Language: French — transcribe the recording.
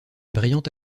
brillante